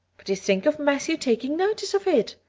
but to think of matthew taking notice of it!